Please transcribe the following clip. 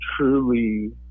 truly